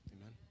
Amen